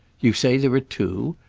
you say there are two?